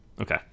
Okay